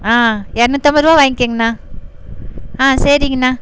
ஆ இரநூத்தம்பது ரூபா வாங்கிக்கங்கண்ணா ஆ சரிங்கண்ணா